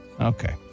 Okay